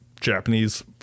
Japanese